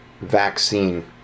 vaccine